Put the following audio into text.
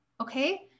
okay